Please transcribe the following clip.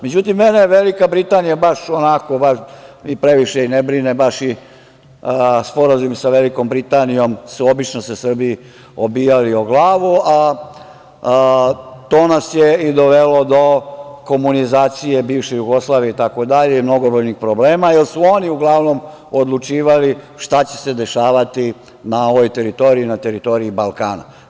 Međutim, mene Velika Britanija baš onako i previše ne brine i sporazumi sa Velikom Britanijom su se obično Srbiji obijali o glavu, a to nas je dovelo do komunizacije bivše Jugoslavije itd. i mnogobrojnih problema, jer su oni uglavnom odlučivali šta će se dešavati na ovoj teritoriji, na teritoriji Balkana.